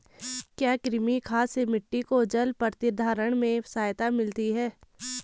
क्या कृमि खाद से मिट्टी को जल प्रतिधारण में सहायता मिलती है?